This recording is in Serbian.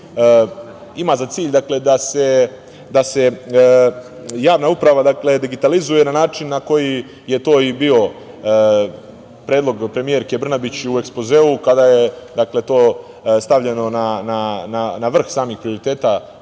ima za cilj da se javna uprava digitalizuje na način na koji je to i bio predlog premijerke Brnabić u ekspozeu kada je to stavljeno na vrh samih prioriteta